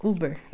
Uber